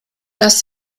dass